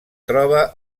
troba